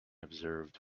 observed